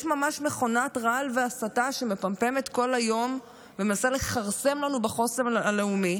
יש ממש מכונת רעל והסתה שמפמפמת כל היום ומנסה לכרסם לנו בחוסן הלאומי,